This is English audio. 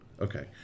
Okay